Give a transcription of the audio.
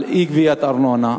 אי-גביית ארנונה.